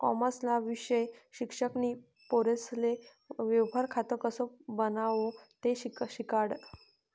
कॉमर्सना विषय शिक्षक नी पोरेसले व्यवहार खातं कसं बनावो ते शिकाडं